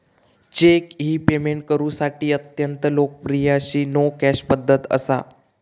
check ही payment करुसाठी अत्यंत लोकप्रिय अशी नो कॅश पध्दत असा